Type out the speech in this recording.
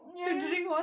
ya